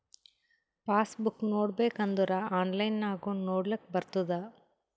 pass book ನೋಡ್ಬೇಕ್ ಅಂದುರ್ online ನಾಗು ನೊಡ್ಲಾಕ್ ಬರ್ತುದ್